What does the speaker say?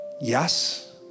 Yes